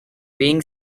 being